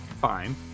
fine